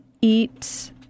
eat